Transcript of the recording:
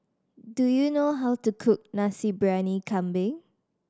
do you know how to cook Nasi Briyani Kambing